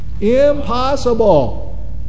Impossible